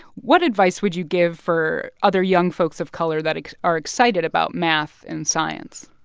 what advice would you give for other young folks of color that are excited about math and science?